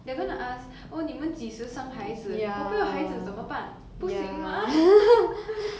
they're gonna ask oh 你们几时生孩子我不要孩子怎么办不行吗